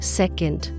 second